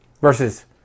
Versus